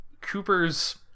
Cooper's